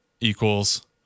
equals